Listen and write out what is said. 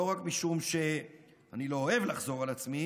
לא רק משום שאני לא אוהב לחזור על עצמי